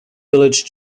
village